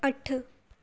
अठ